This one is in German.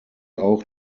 auch